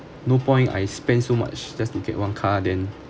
no point I spend so much just to get one car then